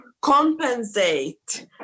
compensate